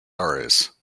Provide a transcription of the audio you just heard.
aires